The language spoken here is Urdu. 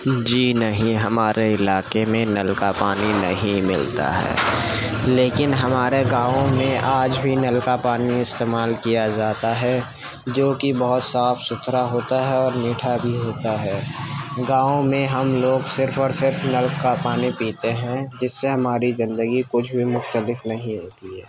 جی نہیں ہمارے علاقے میں نل کا پانی نہیں ملتا ہے لیکن ہمارے گاؤں میں آج بھی نل کا پانی استعمال کیا جاتا ہے جو کہ بہت صاف سُتھرا ہوتا ہے اور میٹھا بھی ہوتا ہے گاؤں میں ہم لوگ صرف اور صرف نل کا پانی پیتے ہیں جس سے ہماری زندگی کچھ بھی مختلف نہیں ہوتی ہے